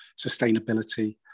sustainability